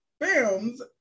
films